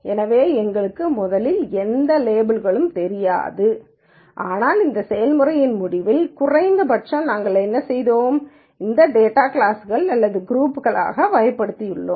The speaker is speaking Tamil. எனவே எங்களுக்கு முதலில் எந்த லேபிள்களும் தெரியாது ஆனால் இந்த செயல்முறையின் முடிவில் குறைந்தபட்சம் நாங்கள் என்ன செய்தோம் இந்தத் டேட்டாவை கிளாஸ்கள் அல்லது குரூப்ஸ் களாக வகைப்படுத்தியுள்ளோம்